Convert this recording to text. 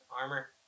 armor